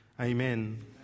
Amen